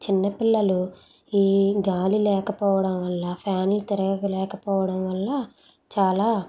చిన్నపిల్లలు ఈ గాలి లేకపోవడం వల్ల ఫ్యాన్లు తిరగక లేకపోవడం వల్ల చాలా